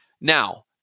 Now